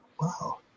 wow